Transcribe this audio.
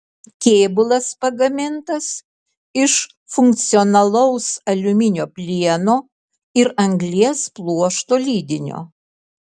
kėbulas pagamintas iš funkcionalaus aliuminio plieno ir anglies pluošto lydinio